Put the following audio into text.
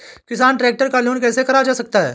किसान ट्रैक्टर का लोन कैसे करा सकता है?